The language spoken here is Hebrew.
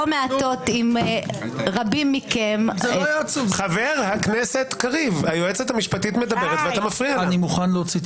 מעטות עם רבים מכם ביחס לשאלת ניגודי העניינים בנושאים כאלה ואחרים.